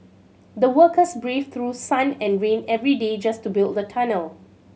the workers braved through sun and rain every day just to build the tunnel